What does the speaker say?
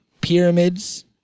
pyramids